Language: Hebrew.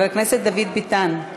חבר הכנסת דוד ביטן,